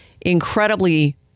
incredibly